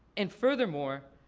and furthermore,